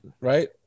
right